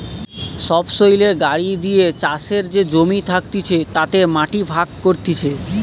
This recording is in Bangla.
সবসৈলের গাড়ি দিয়ে চাষের যে জমি থাকতিছে তাতে মাটি ভাগ করতিছে